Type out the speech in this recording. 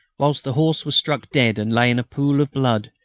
whilst the horse was struck dead and lay in a pool of blood,